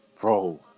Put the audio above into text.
Bro